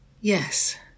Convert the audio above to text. Yes